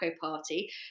party